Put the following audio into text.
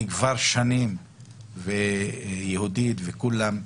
כבר שנים אני עם יהודית וכולם,